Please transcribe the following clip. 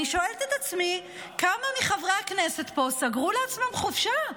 אני שואלת את עצמי כמה מחברי הכנסת פה סגרו לעצמם חופשה.